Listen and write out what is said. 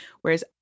Whereas